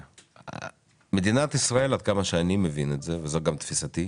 עד כמה שאני מבין וזאת גם תפיסתי,